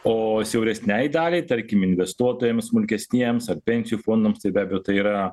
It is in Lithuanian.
o siauresnei daliai tarkim investuotojams smulkesniems ar pensijų fondams tai be abejo yra